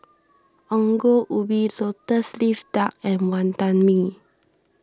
Ongol Ubi Lotus Leaf Duck and Wantan Mee